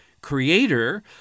creator